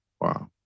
Wow